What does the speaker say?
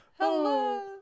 Hello